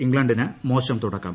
ഇംഗ്ലണ്ടിന് മോശം തുടക്കം